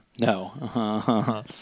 No